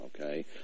okay